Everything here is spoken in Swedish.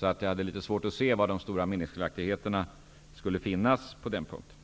Jag hade därför litet svårt att se var de stora meningsskiljaktigheterna skulle finnas på den punkten.